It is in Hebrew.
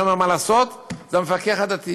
מי שאומר מה לעשות זה המפקח הדתי,